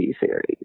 series